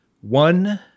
one